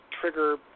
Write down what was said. trigger